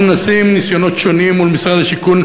אנחנו מנסים ניסיונות שונים מול משרד השיכון,